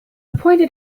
pointed